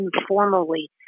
informally